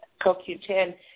CoQ10